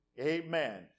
amen